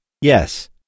Yes